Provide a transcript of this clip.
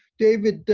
david,